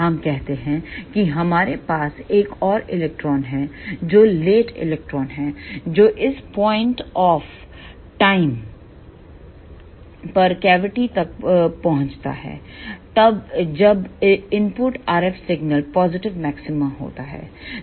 हम कहते हैं कि हमारे पास एक और इलेक्ट्रॉन है जो लेट इलेक्ट्रॉन है जो इस पॉइंट ऑफ टाइम पर कैविटी तक पहुंचता है जब input RF signal positive maxima होता है